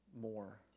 more